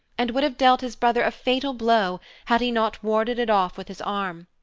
and would have dealt his brother a fatal blow had he not warded it off with his arm.